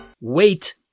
Wait